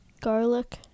Garlic